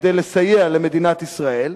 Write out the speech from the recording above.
כדי לסייע למדינת ישראל,